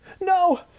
No